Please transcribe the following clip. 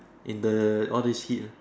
in the all these heat lah